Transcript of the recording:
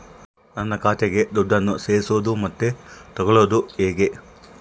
ನನ್ನ ಖಾತೆಗೆ ದುಡ್ಡನ್ನು ಸೇರಿಸೋದು ಮತ್ತೆ ತಗೊಳ್ಳೋದು ಹೇಗೆ?